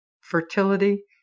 fertility